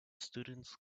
students